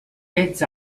fets